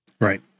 Right